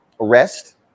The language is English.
arrest